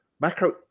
Macro